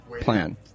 plan